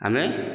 ଆମେ